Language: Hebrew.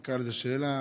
ותקרא לזה שאלה: